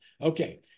Okay